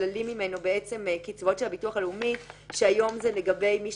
שנשללים ממנו קצבאות של הביטוח הלאומי כשהיום זה לגבי מי